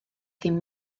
ddim